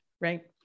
right